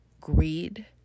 greed